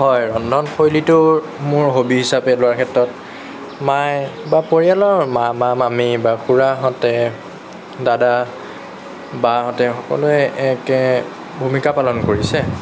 হয় ৰন্ধনশৈলীটো মোৰ হবী হিচাপে লোৱাৰ ক্ষেত্ৰত মায়ে বা পৰিয়ালৰ মামা মামী বা খুৰাহঁতে দাদা বাহঁতে সকলোৱে একেই ভূমিকা পালন কৰিছে